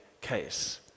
case